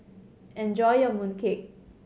enjoy your mooncake